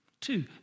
Two